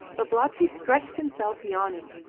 babalatchi stretched himself yawning,